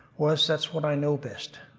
was that's what i know best.